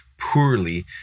poorly